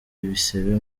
ibisebe